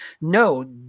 no